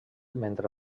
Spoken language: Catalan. mentre